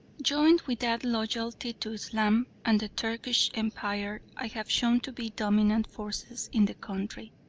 joined with that loyalty to islam and the turkish empire i have shown to be dominant forces in the country,